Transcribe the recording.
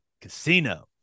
Casino